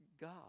God